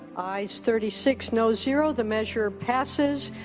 ayes thirty six no zero, the measure passes.